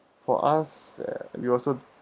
for us uh we also